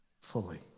fully